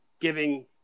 giving